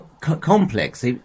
complex